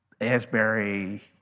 Asbury